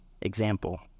example